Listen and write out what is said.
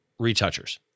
retouchers